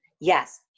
Yes